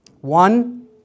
One